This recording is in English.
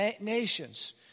nations